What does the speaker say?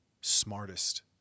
smartest